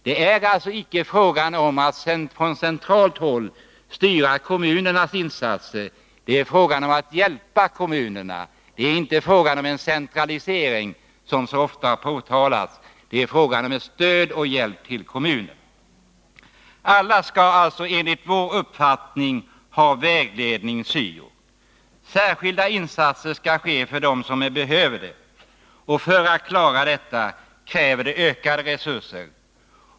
Det är alltså icke fråga om att från centralt håll styra Nr 120 kommunernas insatser — det är fråga om att hjälpa kommunerna. Det är inte fråga om en centralisering, som så ofta framhållits — det är fråga om att stödja och hjälpa kommunerna. Alla skall alltså enligt vår uppfattning ha möjlighet till syo-vägledning. Särskilda insatser skall göras för dem som behöver hjälp, och det kräver ökade resurser.